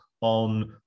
on